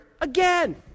again